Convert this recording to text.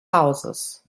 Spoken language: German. hauses